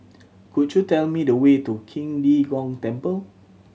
could you tell me the way to Qing De Gong Temple